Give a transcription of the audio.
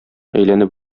әйләнеп